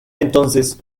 entonces